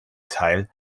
teil